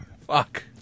fuck